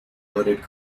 hooded